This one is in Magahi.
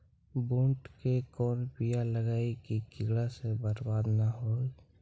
बुंट के कौन बियाह लगइयै कि कीड़ा से बरबाद न हो?